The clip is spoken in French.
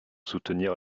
soutenir